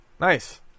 Nice